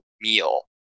meal